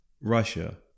Russia